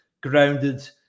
grounded